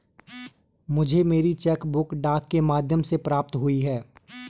मुझे मेरी cheque book डाक के माध्यम से प्राप्त हुई है